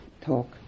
talk